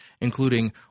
including